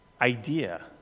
idea